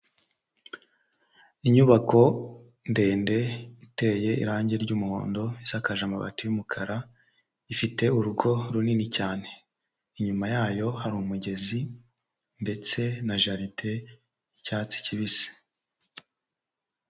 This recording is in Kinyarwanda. Inyubako ndende iteye irangi ry'umuhondo isakaje amabati y'umukara, ifite urugo runini cyane, inyuma yayo hari umugezi ndetse na jaride y'icyatsi kibisi.